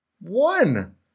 One